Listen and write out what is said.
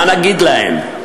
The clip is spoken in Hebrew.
מה נגיד להן?